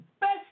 best